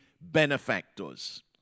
benefactors